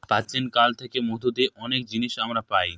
প্রাচীন কাল থেকে মধু দিয়ে অনেক জিনিস আমরা পায়